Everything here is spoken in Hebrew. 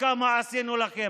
כמה עשינו לכם.